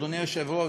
אדוני היושב-ראש,